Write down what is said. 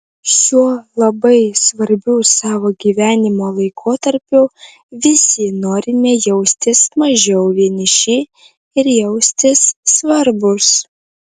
šiuo labai svarbiu savo gyvenimo laikotarpiu visi norime jaustis mažiau vieniši ir jaustis svarbūs